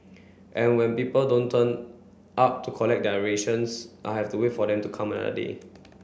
and when people don't turn up to collect their rations I have to wait for them to come another day